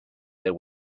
there